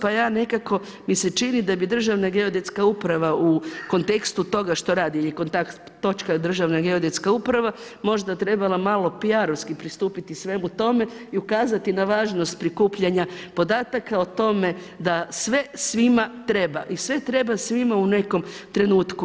Pa ja nekako mi se čini da bi Državna geodetska uprava u kontekstu toga što radi ili kontakt točka Državna geodetska uprava možda trebala malo PR-arovski pristupiti svemu tome i ukazati na važnost prikupljanja podataka o tome da sve svima treba i sve treba svima u nekom trenutku.